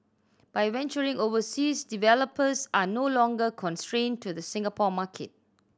by venturing overseas developers are no longer constrained to the Singapore market